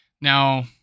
Now